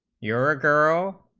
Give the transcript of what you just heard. your ah girl